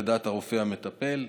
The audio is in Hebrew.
לדעת הרופא המטפל,